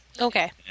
Okay